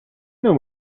know